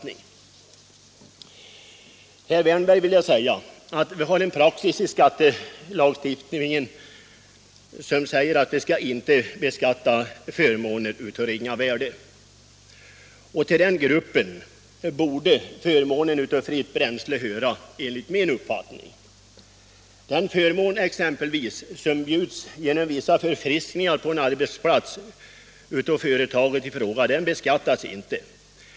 Till herr Wärnberg vill jag säga att vi har en praxis i skattelagstiftningen som säger att vi inte skall beskatta förmåner av ringa värde. Till den gruppen borde enligt min mening förmånen av fritt bränsle höra. Den förmån som de anställda har genom att de av företaget bjuds på vissa förfriskningar på arbtsplatsen beskattas inte.